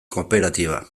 kooperatiba